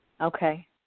Okay